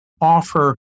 offer